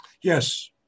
Yes